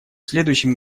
следующем